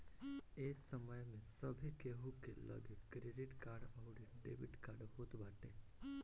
ए समय में सभे केहू के लगे क्रेडिट कार्ड अउरी डेबिट कार्ड होत बाटे